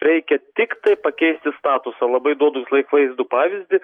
reikia tiktai pakeisti statusą labai duodu visąlaik vaizdų pavyzdį